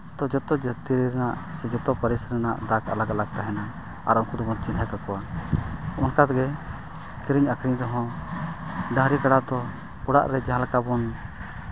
ᱛᱚ ᱡᱟᱹᱛᱤ ᱨᱮᱱᱟᱜ ᱥᱮ ᱡᱚᱛᱚ ᱯᱟᱹᱨᱤᱥ ᱨᱮᱱᱟᱜ ᱫᱟᱜᱽ ᱟᱞᱟᱜᱽ ᱟᱞᱟᱜᱽ ᱛᱟᱦᱮᱱᱟ ᱟᱨ ᱩᱱᱠᱩ ᱫᱚᱵᱚᱱ ᱪᱤᱱᱦᱟᱹ ᱠᱟᱠᱚᱣᱟ ᱚᱱᱠᱟ ᱛᱮᱜᱮ ᱠᱤᱨᱤᱧ ᱟᱹᱠᱷᱨᱤᱧ ᱨᱮᱦᱚᱸ ᱰᱟᱹᱝᱨᱤ ᱠᱟᱬᱟ ᱫᱚ ᱚᱲᱟᱜ ᱨᱮ ᱡᱟᱦᱟᱸ ᱞᱮᱠᱟ ᱵᱚᱱ